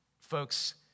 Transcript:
folks